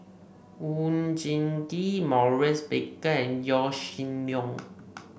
Oon Jin Gee Maurice Baker and Yaw Shin Leong